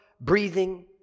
breathing